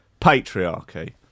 patriarchy